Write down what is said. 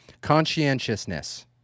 Conscientiousness